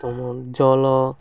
ତୁମ ଜଳ